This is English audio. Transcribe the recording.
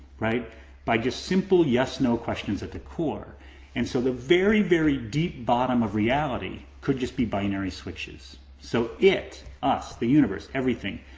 right by just simple yes from no questions at the core and so the very, very deep bottom of reality could just be binary switches. so, it, us, the universe, everything,